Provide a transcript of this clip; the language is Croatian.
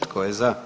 Tko je za?